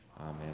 Amen